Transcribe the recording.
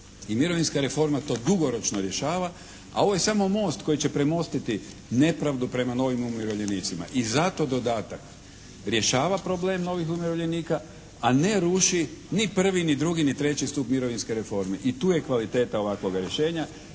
i mirovinska reforma to dugoročno rješava a ovo je samo most koji će premostiti nepravdu prema novim umirovljenicima. I zato dodatak rješava problem novih umirovljenika, a ne ruši ni prvi, ni drugi, ni treći stup mirovinske reforme i tu je kvaliteta ovakvoga rješenja